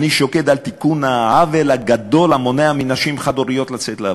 אני שוקד על תיקון העוול הגדול המונע מנשים חד-הוריות לצאת לעבוד,